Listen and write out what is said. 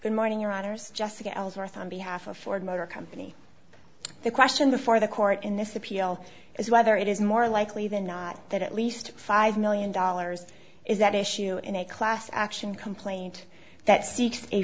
good morning your honour's just again ellsworth on behalf of ford motor company the question before the court in this appeal is whether it is more likely than not that at least five million dollars is that issue in a class action complaint that